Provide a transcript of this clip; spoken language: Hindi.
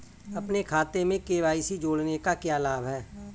अपने खाते में के.वाई.सी जोड़ने का क्या लाभ है?